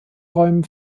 räumen